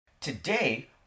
Today